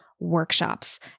workshops